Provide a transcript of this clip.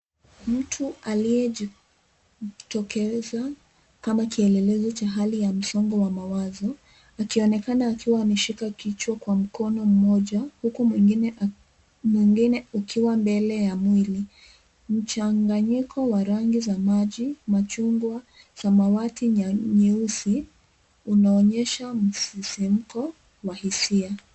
Mtu aliyejitokeza kama kielelezo cha hali ya msongo wa mawazo, akionekana akiwa ameshika kichwa kwa mkono mmoja huku mwingine ukiwa mbele ya mwili. Mchanganyiko wa rangi za machungwa, samawati na nyeusi, unaonyesha msisimuko wa hisia.